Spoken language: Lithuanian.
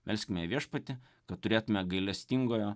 melskime viešpatį kad turėtume gailestingojo